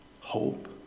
hope